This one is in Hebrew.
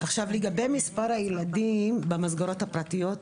לגבי מספר הילדים במסגרות הפרטיות,